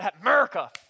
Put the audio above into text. America